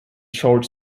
short